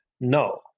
No